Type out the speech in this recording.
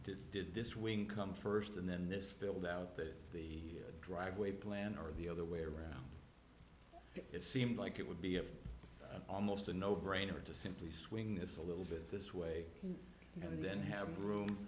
did did this wing come first and then this filled out that the driveway plan or the other way around it seemed like it would be almost a no brainer to simply swing this a little bit this way and then have a room